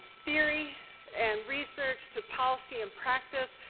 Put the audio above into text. theory and research to policy and practice.